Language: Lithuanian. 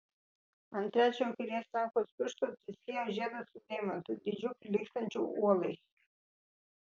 ant trečiojo kairės rankos piršto tviskėjo žiedas su deimantu dydžiu prilygstančiu uolai